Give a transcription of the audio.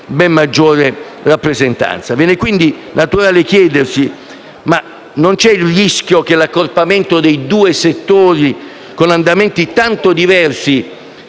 ben maggiore rappresentanza. Viene dunque naturale chiedersi se non vi sia il rischio che l'accorpamento dei due settori, con andamenti tanto diversi